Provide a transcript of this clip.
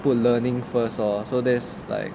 put learning first or so that's like